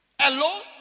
Alone